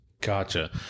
Gotcha